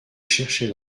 cherchais